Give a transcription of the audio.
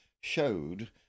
showed